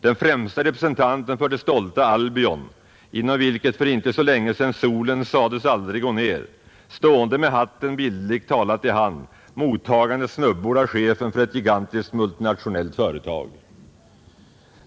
Den främsta representanten för det stolta Albion, inom vilket för inte så länge sedan solen sades aldrig gå ner, stående med hatten bildligt i hand mottagande snubbor av chefen för ett gigantiskt multinationellt företag.